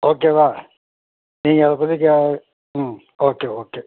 ஓகேவா நீங்கள் அதை பற்றி க ம் ஓகே ஓகே